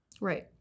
Right